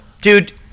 Dude